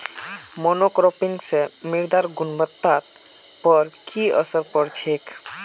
monocropping स मृदार गुणवत्ता पर की असर पोर छेक